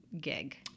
gig